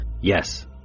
Yes